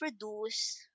produce